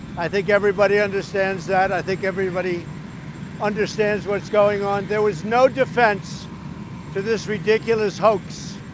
i think everybody understands that. i think everybody understands what's going on. there was no defense to this ridiculous hoax,